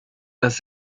dass